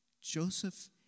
Joseph